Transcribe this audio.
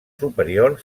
superior